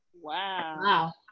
Wow